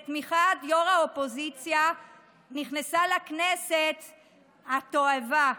בתמיכת יו"ר האופוזיציה נכנסה לכנסת התועבה.